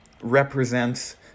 represents